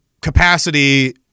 capacity